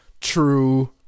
true